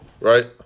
right